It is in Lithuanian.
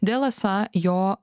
dėl esą jo